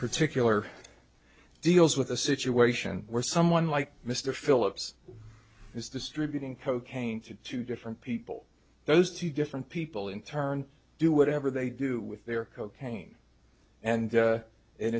particular deals with a situation where someone like mr phillips is distributing cocaine to two different people those two different people in turn do whatever they do with their cocaine and